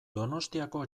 donostiako